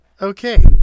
Okay